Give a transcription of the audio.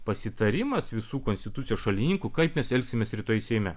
pasitarimas visų konstitucijos šalininkų kaip mes elgsimės rytoj seime